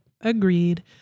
Agreed